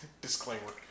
Disclaimer